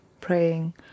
praying